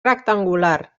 rectangular